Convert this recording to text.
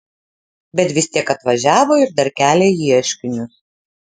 bet vis tiek atvažiavo ir dar kelia ieškinius